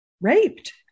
raped